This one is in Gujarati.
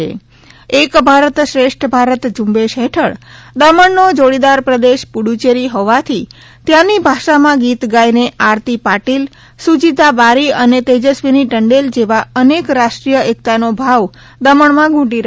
એક ભારત શ્રેષ્ઠ ભારત ઝુંબેશ હેઠળ દમણ નો જોડીદાર પ્રદેશ પુદ્દચેરી હોવાથી ત્યાંની ભાષા માં ગીત ગાઈને આરતી પાટિલ રુચિતા બારી અને તેજસ્વિની ટંડેલ જેવા અનેક રાષ્ટ્રીય એકતા નો ભાવ દમણ માં ધૂંટી રહ્યા છે